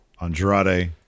Andrade